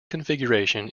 configuration